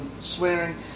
swearing